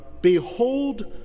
Behold